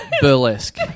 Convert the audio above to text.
burlesque